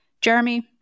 Jeremy